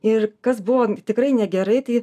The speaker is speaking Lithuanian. ir kas buvo tikrai negerai tai